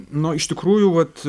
nu iš tikrųjų vat